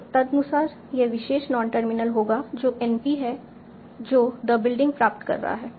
तो तदनुसार यह विशेष नॉन टर्मिनल होगा जो NP है जो द बिल्डिंग प्राप्त कर रहा है